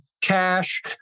cash